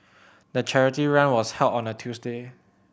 the charity run was held on a Tuesday